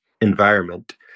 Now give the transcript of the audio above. environment